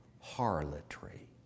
harlotry